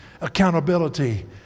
accountability